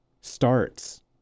starts